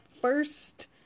first